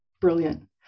Brilliant